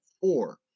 four